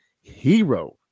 Hero